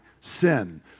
sin